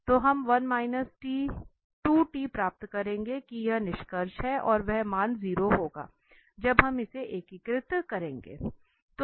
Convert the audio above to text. तो हम 1 2 t प्राप्त करेंगे कि यह निष्कर्ष है और वह मान 0 होगा जब हम इसे एकीकृत करेंगे